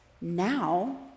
now